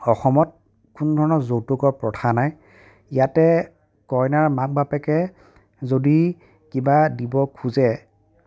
অসমত কোনো ধৰণৰ যৌতুকৰ প্ৰথা নাই ইয়াতে কইনাৰ মাক বাপেকে যদি কিবা দিব খোজে